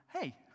Hey